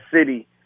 City